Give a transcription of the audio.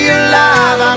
alive